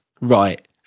Right